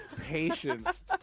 patience